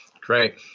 great